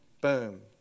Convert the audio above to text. boom